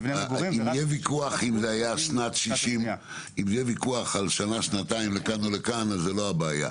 ורק ב --- ויכוח על שנה או שנתיים לכאן או לכאן הוא לא הבעיה.